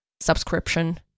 subscription